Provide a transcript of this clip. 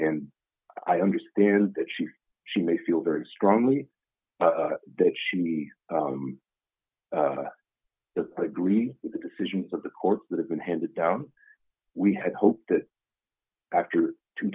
and i understand that she she may feel very strongly that she agreed with the decisions of the court that have been handed down we had hoped that after two